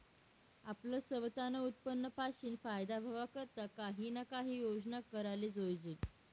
आपलं सवतानं उत्पन्न पाशीन फायदा व्हवा करता काही ना काही योजना कराले जोयजे